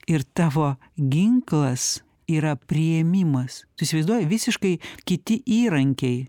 ir tavo ginklas yra priėmimas tu įsivaizduoji visiškai kiti įrankiai